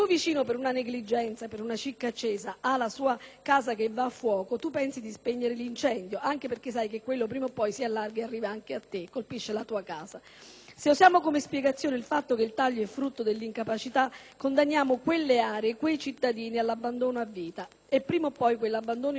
ha la sua casa che va a fuoco, tu pensi a spegnere l'incendio, anche perché sai che quello prima o poi si può allargare e colpire anche te e la tua casa. Se utilizziamo come spiegazione il fatto che il taglio è frutto dell'incapacità, condanniamo quelle aree, quei cittadini all'abbandono a vita e prima o poi quell'abbandono influenzerà anche il resto del Paese.